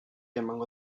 emango